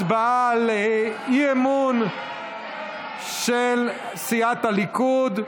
הצבעה על אי-אמון של סיעת הליכוד.